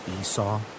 Esau